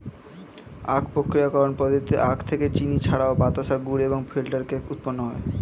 আখ প্রক্রিয়াকরণ পদ্ধতিতে আখ থেকে চিনি ছাড়াও বাতাসা, গুড় এবং ফিল্টার কেক উৎপন্ন হয়